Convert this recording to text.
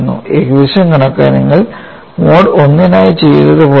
ഏകദേശ കണക്ക് നിങ്ങൾ മോഡ് I നായി ചെയ്തതുപോലെയാണ്